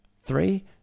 three